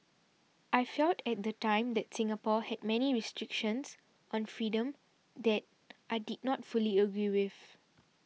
I felt at the time that Singapore had many restrictions on freedom that I did not fully agree with